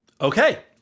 Okay